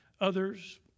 others